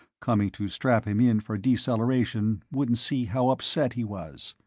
coming to strap him in for deceleration, wouldn't see how upset he was.